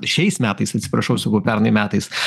šiais metais atsiprašau sakau pernai metais